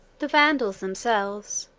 the vandals themselves,